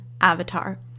Avatar